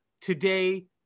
today